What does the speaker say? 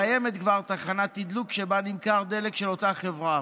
קיימת כבר תחנת תדלוק שבה נמכר דלק של אותה חברה.